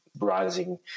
rising